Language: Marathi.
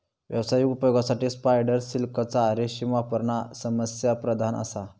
व्यावसायिक उपयोगासाठी स्पायडर सिल्कचा रेशीम वापरणा समस्याप्रधान असा